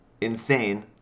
insane